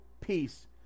peace